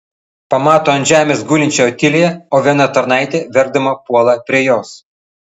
pamato ant žemės gulinčią otiliją o viena tarnaitė verkdama puola prie jos